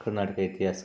ಕರ್ನಾಟಕ ಇತಿಹಾಸ